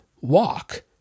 walk